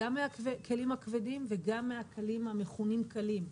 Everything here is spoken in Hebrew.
גם מהכלים הכבדים וגם מהכלים המכונים קלים,